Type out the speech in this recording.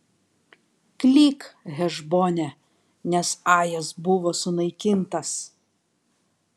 klyk hešbone nes ajas buvo sunaikintas